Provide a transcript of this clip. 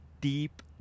deep